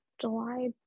july